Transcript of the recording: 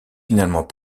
finalement